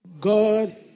God